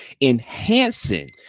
enhancing